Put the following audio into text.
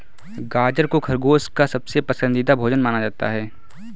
गाजर को खरगोश का सबसे पसन्दीदा भोजन माना जाता है